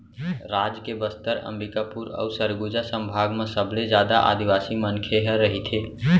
राज के बस्तर, अंबिकापुर अउ सरगुजा संभाग म सबले जादा आदिवासी मनखे ह रहिथे